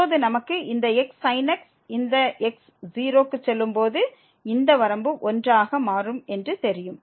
இப்போது நமக்கு இந்த xsin x இந்த x 0 க்கு செல்லும் போது இந்த வரம்பு 1 ஆக மாறும் என்று தெரியும்